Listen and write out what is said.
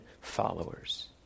followers